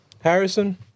Harrison